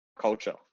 culture